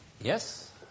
Yes